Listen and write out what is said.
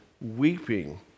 weeping